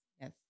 Yes